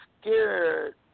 scared